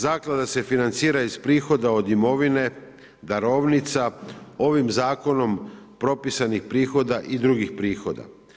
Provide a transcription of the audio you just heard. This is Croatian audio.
Zaklada se financira iz prihoda imovine, darovnica, ovim zakonom propisanih prihoda i drugih prihoda.